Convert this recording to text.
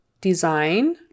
Design